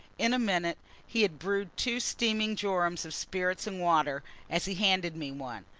in a minute he had brewed two steaming jorums of spirits-and-water as he handed me one,